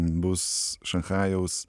bus šanchajaus